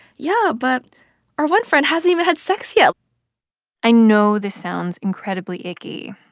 yeah, but our one friend hasn't even had sex yet i know this sounds incredibly icky.